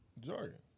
jargon